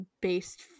based